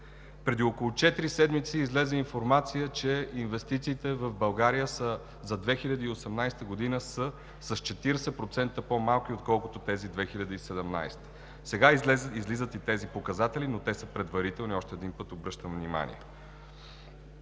Преди около четири седмици излезе информация, че инвестициите в България за 2018 г. са с 40% по-малки отколкото тези през 2017 г. Сега излизат и тези показатели, но те са предварителни – още един път обръщам внимание.